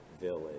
village